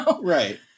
Right